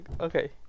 Okay